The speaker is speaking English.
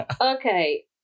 Okay